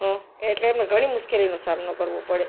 હું એટલે એમને ઘણી મુશ્કેલીનો સામનો કરવો પડે